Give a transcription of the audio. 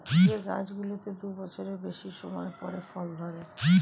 যে গাছগুলোতে দু বছরের বেশি সময় পরে ফল ধরে